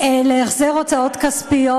להחזר הוצאות כספיות,